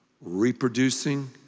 reproducing